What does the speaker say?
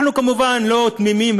אנחנו כמובן לא תמימים,